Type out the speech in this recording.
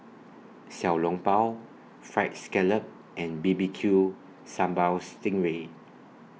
Xiao Long Bao Fried Scallop and B B Q Sambal Sting Ray